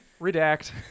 Redact